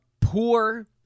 poor